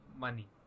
money